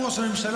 הוא ראש הממשלה,